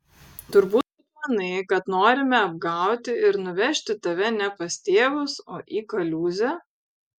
turbūt manai kad norime apgauti ir nuvežti tave ne pas tėvus o į kaliūzę